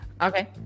Okay